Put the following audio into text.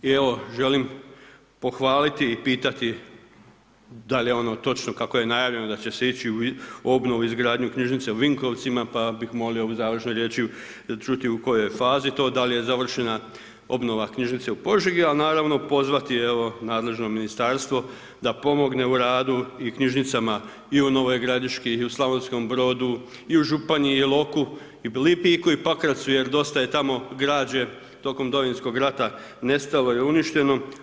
I evo, želim pohvaliti i pitati, da li je ono točno kako je najavljeno da će se ići u obnovu i izgradnju knjižnice u Vinkovcima, pa bih molio u završnoj riječi čuti u kojoj je fazi to, da li je završena obnova knjižnice u Požegi, al naravno pozvati evo nadležno ministarstvo da pomogne u radu i knjižnicama i u Novoj Gradiški i u Slavonskom Brodu i u Županji, Iloku, Lipiku i Pakracu jer dosta je tamo građe tokom Domovinskog rata nestalo i uništeno.